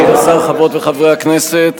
כבוד השר, חברות וחברי הכנסת,